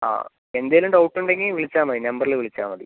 ആ എന്തെങ്കിലും ഡൗട്ട് ഉണ്ടെങ്കിൽ വിളിച്ചാൽ മതി നമ്പറിൽ വിളിച്ചാൽ മതി